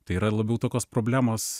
tai yra labiau tokios problemos